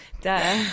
duh